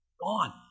gone